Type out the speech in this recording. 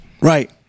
Right